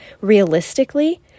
realistically